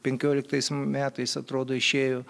penkioliktais metais atrodo išėjo